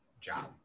job